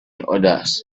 others